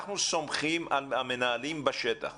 אנחנו סומכים על המנהלים בשטח